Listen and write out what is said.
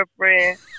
girlfriend